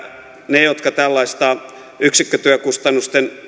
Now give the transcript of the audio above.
ne jotka tällaista yksikkötyökustannusten